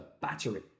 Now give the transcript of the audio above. battery